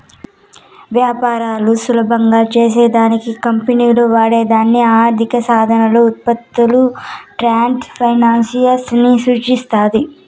వ్యాపారాలు సులభం చేసే దానికి కంపెనీలు వాడే దానికి ఆర్థిక సాధనాలు, ఉత్పత్తులు ట్రేడ్ ఫైనాన్స్ ని సూచిస్తాది